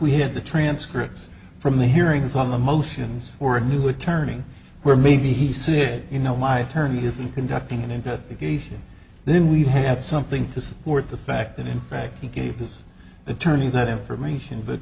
we had the transcripts from the hearings on the motions for a new attorney where maybe he said you know my attorney isn't conducting an investigation then we have something to support the fact that in fact he gave his attorney that information but